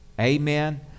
Amen